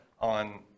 on